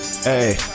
hey